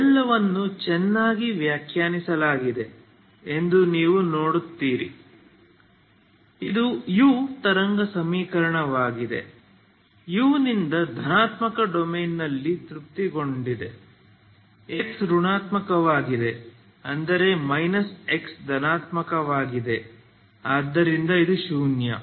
ಇವೆಲ್ಲವನ್ನೂ ಚೆನ್ನಾಗಿ ವ್ಯಾಖ್ಯಾನಿಸಲಾಗಿದೆ ಎಂದು ನೀವು ನೋಡುತ್ತೀರಿ ಇದು u ತರಂಗ ಸಮೀಕರಣವಾಗಿದೆ u ನಿಂದ ಧನಾತ್ಮಕ ಡೊಮೇನ್ ನಲ್ಲಿ ತೃಪ್ತಿಗೊಂಡಿದೆ x ಋಣಾತ್ಮಕವಾಗಿದೆ ಅಂದರೆ ಮೈನಸ್ x ಧನಾತ್ಮಕವಾಗಿದೆ ಆದ್ದರಿಂದ ಇದು ಶೂನ್ಯ